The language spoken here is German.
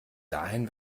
dahin